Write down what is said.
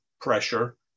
pressure